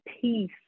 peace